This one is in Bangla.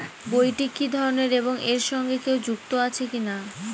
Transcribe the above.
বইটি কি ধরনের এবং এর সঙ্গে কেউ যুক্ত আছে কিনা?